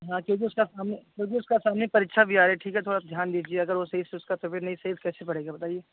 हाँ क्योंकि उसका सामने क्योंकि उसकी सामने परीक्षा भी आ रही है ठीक है थोड़ा सा ध्यान दीजिए अगर वह सही से उसकी तबियत नहीं सही है तो कैसे पढ़ेगा बताइए